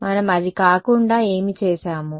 మనం అది కాకుండా ఏమి చేసాము